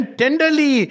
tenderly